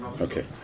Okay